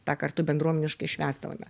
tą kartu bendruomeniškai švęsdavome